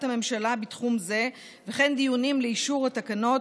הממשלה בתחום זה וכן דיונים לאישור התקנות,